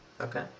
okay